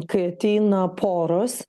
kai ateina poros